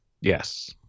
yes